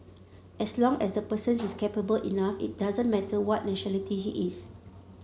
as long as the person is capable enough it doesn't matter what nationality he is